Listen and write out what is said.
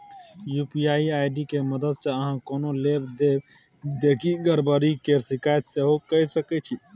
UPI ID के मददसँ अहाँ कोनो लेब देब देखि गरबरी केर शिकायत सेहो कए सकै छी